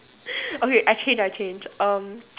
okay I change I change um